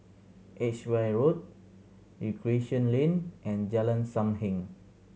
Edgeware Road Recreation Lane and Jalan Sam Heng